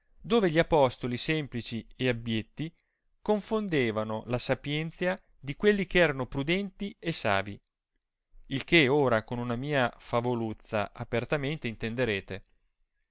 dove gli apostoli semplici e abbietti confondevano la sapienzia di quelli che erano prudenti e savi il che ora con una mia favoluzza apertamente